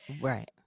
Right